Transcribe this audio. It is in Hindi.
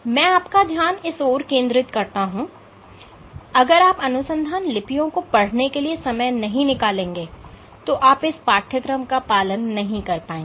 मैं आपका ध्यान इस ओर केंद्रित करता हूं अगर आप अनुसंधान लिपियों को पढ़ने के लिए समय नहीं निकालेंगे तो आप इस पाठ्यक्रम का पालन नहीं कर पाएंगे